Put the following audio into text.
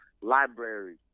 library